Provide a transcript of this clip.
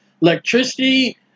electricity